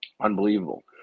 Unbelievable